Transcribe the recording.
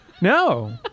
No